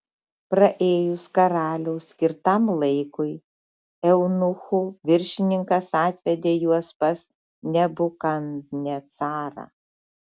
praėjus karaliaus skirtam laikui eunuchų viršininkas atvedė juos pas nebukadnecarą